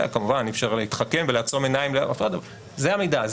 כמובן אפשר להתחכם ולעצום עיניים אבל זה המידע,